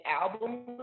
album